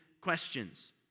questions